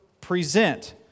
present